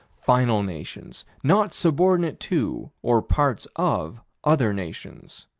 final nations, not subordinate to, or parts of, other nations.